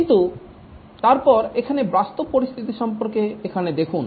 কিন্তু তারপর এখানে বাস্তব পরিস্থিতি সম্পর্কে এখানে দেখুন